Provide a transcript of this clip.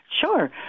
Sure